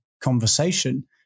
conversation